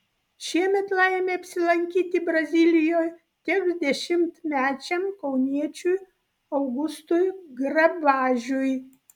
šiemet laimė apsilankyti brazilijoje teks dešimtmečiam kauniečiui augustui grabažiui